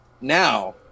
Now